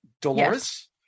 Dolores